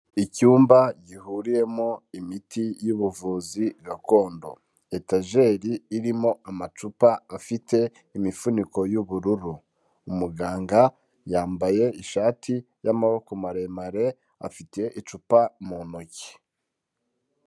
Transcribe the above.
Icyumba gihuriyemo imiti y'ubuvuzi gakondo, etajeri irimo amacupa afite imifuniko y'ubururu, umuganga yambaye ishati y'amaboko maremare afite icupa mu ntoki.